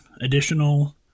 additional